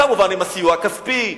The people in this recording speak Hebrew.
כמובן עם הסיוע הכספי,